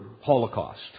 holocaust